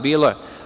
Bilo je.